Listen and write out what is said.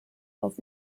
aus